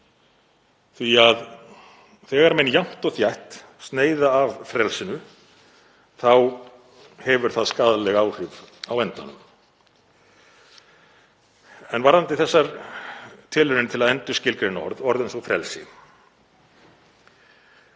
því að þegar menn jafnt og þétt sneiða af frelsinu þá hefur það skaðleg áhrif á endanum. Varðandi þessa tilraun til að endurskilgreina orð, orð eins og frelsi,